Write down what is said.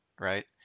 right